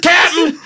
Captain